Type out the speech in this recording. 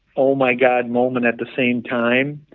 oh, my god moment at the same time.